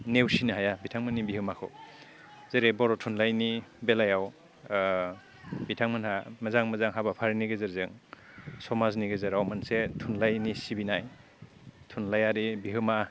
नेवसिनो हाया बिथांमोननि बिहोमाखौ जेरै बर' थुनलाइनि बेलायाव बिथांमोनहा मोजां मोजां हाबाफारिनि गेजेरजों समाजनि गेजेराव मोनसे थुलाइनि सिबिनाय थुनलाइयारि बिहोमा